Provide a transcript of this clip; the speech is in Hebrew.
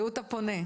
זהות הפונה.